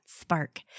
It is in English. spark